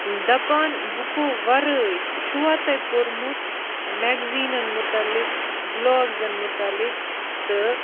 دَپان بُکَو وَرٲے چھُوَ تۄہہِ پوٚرمُت میٚگزِیٖنَن مُتعلِق بلاگزَن مُتعلِق تہٕ